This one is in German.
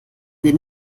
den